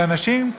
שאנשים,